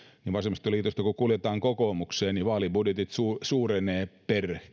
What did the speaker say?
niin vasemmistoliitosta kun kuljetaan kokoomukseen keskimääräiset vaalibudjetit suurenevat per